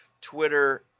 Twitter